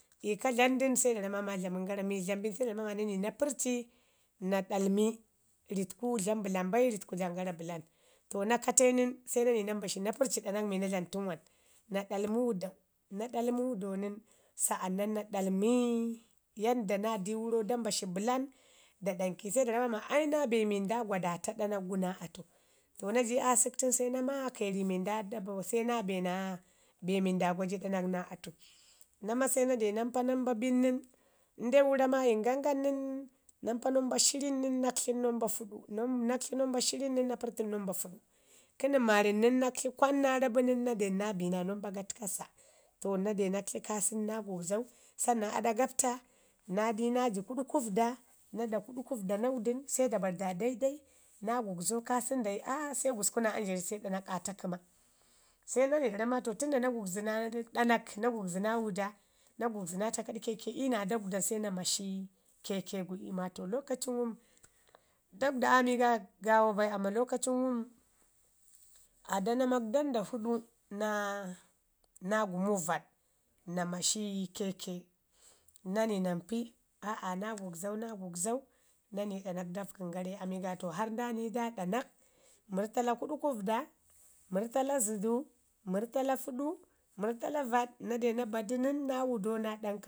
iko dlamu dən se da rama ni ma dlam du mi dlamu bin se da rama ma na nai na pərrci na dalmi, ritku dlam bəlan bai ritku dlamən gara bəlan. To na kate nən se na nai na mbashi na pərrci ɗanak mi na dlam tən wan na ɗalmi wuda, na ɗalmi wudau nən sa'annan na ɗalmi yanda na di wurau da mbashi bəlan da ɗanki, sai da ramma ma ai naa be mi nda gwadata ɗanak gu naa atu. To naji aasək tən se na maakai ri mi nda se na be naa be nu nda gwaji ɗanak naa atu na mase na de na mpa nambabn nən indai wuro maayin gangam nən, na mpa namba shirin nən naktlin namba fuɗu nan naktli namba shirin nən na pərrtən nambe fuɗu, kə nən maarin nən naktli namba kwan naa rreta nən naa bi naa namba gatkasa. To na de naktli kaasən nən naa gugzau. Sannan aɗa gapta nadi na ji kuɗukufda, na da kuɗkufda na wudən, se da bari da daidai. Na gugzau kaasəndai se gusku naa anzharu se ɗamak aa ta kəma. Se na ni na ramu matən da na gugzi naa ɗanale, na gugzi naa wada na gugzi naa takaɗ keke, i yu naa dagwda se na mashi keke gu i yu ma to lokacu dagwda aami ga gaawa bai amman lokacy ngum aa danamak dandafuɗu naa gumu vaɗ, na mashi keke na ni na mpi, a'a naa gugzau. naa gugzau na ni ɗanak da vəgən ii ami ga to harr nda ni da ɗanak, murtala kuɗkufda, murrtala zədu, murrtala fuɗu, murtala vaɗ. Na de naa ba du nən, naa wudau naa ɗankau.